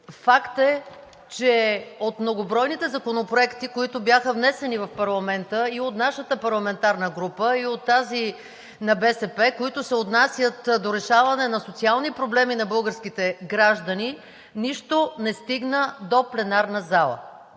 Факт е, че от многобройните законопроекти, които бяха внесени в парламента и от нашата парламентарна група, и от тази на БСП, които се отнасят до решаване на социални проблеми на българските граждани, нищо не стигна до пленарната зала.